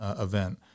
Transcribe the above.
event